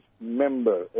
member